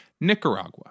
Nicaragua